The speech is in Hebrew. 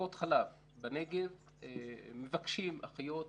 בטיפות החלב בנגב מבקשים אחיות,